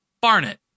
Barnett